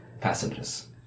passengers